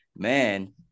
man